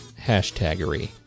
hashtaggery